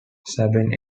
sabine